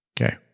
Okay